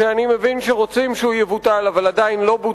תאמין לי, נא לא להפריע לדובר.